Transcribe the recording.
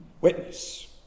witness